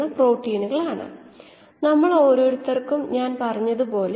ഇപ്പോൾ ഈ രണ്ട് വ്യവസ്ഥകൾ നോക്കാം x 0 എന്താണ് അർത്ഥമാക്കുന്നത്